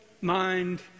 mind